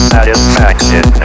Satisfaction